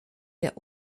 der